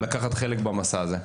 לקחת חלק במסע הזה.